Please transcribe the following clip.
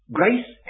grace